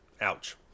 Ouch